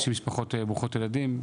משפחות ברוכות ילדים.